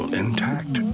intact